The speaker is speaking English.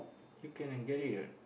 you can and get it [what]